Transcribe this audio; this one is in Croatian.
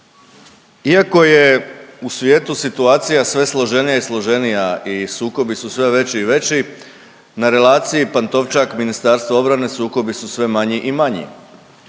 iako je u svijetu situacija sve složenija i složenija i sukobi su sve veći i veći na relaciji Pantovčak-Ministarstvo obrane sukobi su sve manji i manji.